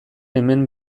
hemen